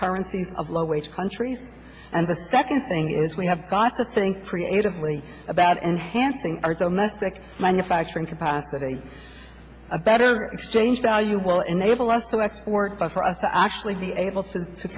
currency of low wage countries and the second thing is we have got to think creatively about enhancing our domestic manufacturing capacity a better exchange value will enable us to work for us to actually be able to